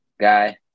guy